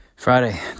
Friday